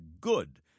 good